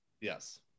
Yes